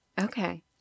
okay